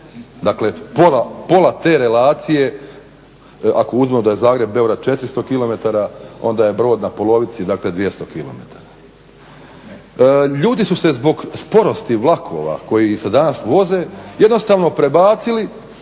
Dakle, pola te relacije ako uzmemo da je Zagreb-Beograd 400 km, onda je Brod na polovici, dakle 200 km. Ljudi su se zbog sporosti vlakova koji se danas voze jednostavno prebacili